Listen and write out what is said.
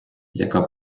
яка